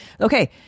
Okay